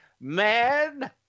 man